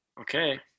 Okay